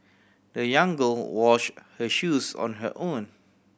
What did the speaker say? the young girl wash her shoes on her own